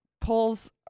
pulls